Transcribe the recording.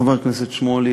חבר הכנסת שמולי,